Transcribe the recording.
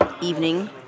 evening